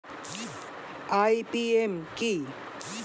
IPM কি?